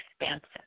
expansive